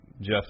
Jeff